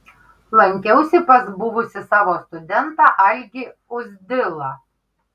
lankiausi pas buvusį savo studentą algį uzdilą